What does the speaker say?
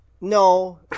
No